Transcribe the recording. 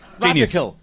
genius